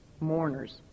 mourners